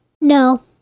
No